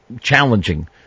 challenging